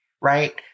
right